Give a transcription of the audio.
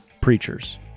preachers